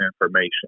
information